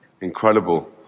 incredible